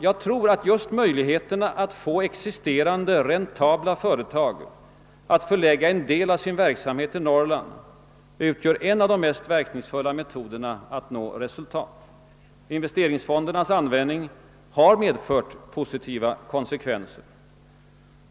Jag tror att just möjligheterna att få existerande räntabla företag att förlägga en del av sin verksamhet till Norrland utgör en av de mest verkningsfulla metoderna att nå resultat. Investeringsfondernas användning har medfört positiva konsekvenser.